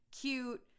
cute